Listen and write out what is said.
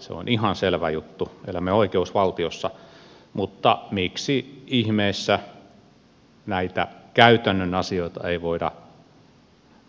se on ihan selvä juttu elämme oikeusvaltiossa mutta miksi ihmeessä näitä käytännön asioita ei voida